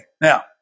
now